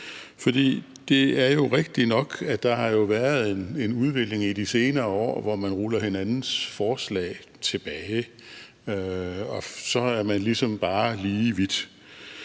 For det er jo rigtigt nok, at der har været en udvikling i de senere år, hvor man ruller hinandens forslag tilbage, og så er man ligesom bare lige vidt.